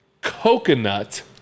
Coconut